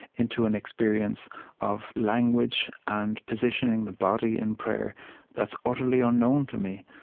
into an experience of language and positioning the body in prayer that's utterly unknown to me.